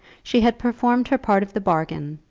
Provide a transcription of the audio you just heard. she had performed her part of the bargain,